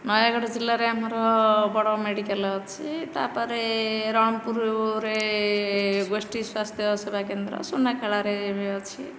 ନୟାଗଡ଼ ଜିଲ୍ଲାରେ ଆମର ବଡ଼ ମେଡ଼ିକାଲ ଅଛି ତାପରେ ରଣପୁରରେ ଗୋଷ୍ଠୀ ସ୍ୱାସ୍ଥ୍ୟ ସେବାକେନ୍ଦ୍ର ସୁନାଖେଳାରେ ବି ଅଛି